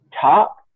top